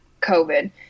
COVID